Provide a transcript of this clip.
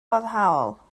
foddhaol